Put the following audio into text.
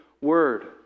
word